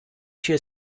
się